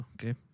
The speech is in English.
Okay